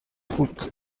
route